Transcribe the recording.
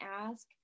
ask